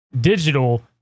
digital